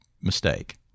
mistake